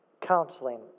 counseling